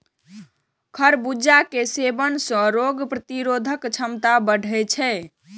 खरबूजा के सेवन सं रोग प्रतिरोधक क्षमता बढ़ै छै